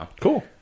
Cool